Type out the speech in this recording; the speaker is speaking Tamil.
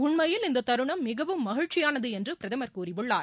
உண்மையில் இந்த தருணம் மிகவும் மகிழ்ச்சியானது என்று பிரதமர் கூறியுள்ளார்